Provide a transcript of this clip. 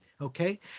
Okay